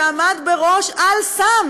שעמד בראש "אל-סם"